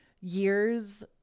years